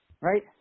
right